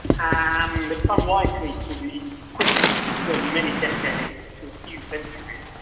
um and it's unlikely to be quicker than many decades to a few centuries,